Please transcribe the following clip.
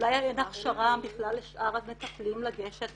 אולי אין הכשרה בכלל לשאר המטפלים לגשת